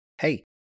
Hey